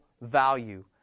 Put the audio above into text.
value